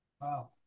Wow